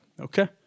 Okay